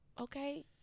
Okay